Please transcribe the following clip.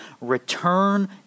Return